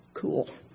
cool